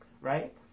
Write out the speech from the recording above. right